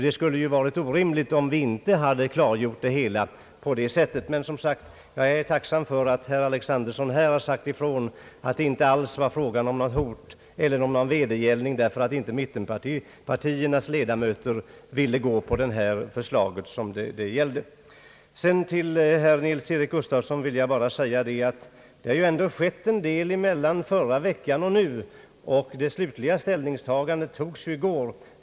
Det skulle ju varit orimligt om vi inte klargjort det hela på det sättet. Men jag är som sagt tacksam för att herr Alexanderson här sagt ifrån att det inte alls var fråga om något hot eller om någon vedergällning därför att mittenpartiernas ledamöter inte ville ansluta sig till förslaget. Till herr Nils-Eric Gustafsson vill jag bara säga att det skett en del sedan förra veckan. Det slutliga ställningstagandet togs ju i går.